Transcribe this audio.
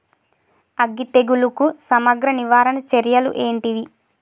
అగ్గి తెగులుకు సమగ్ర నివారణ చర్యలు ఏంటివి?